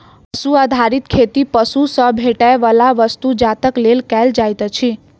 पशु आधारित खेती पशु सॅ भेटैयबला वस्तु जातक लेल कयल जाइत अछि